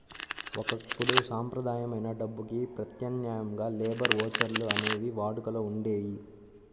ఒకప్పుడు సంప్రదాయమైన డబ్బుకి ప్రత్యామ్నాయంగా లేబర్ ఓచర్లు అనేవి వాడుకలో ఉండేయి